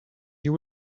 you